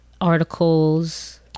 articles